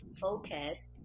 focus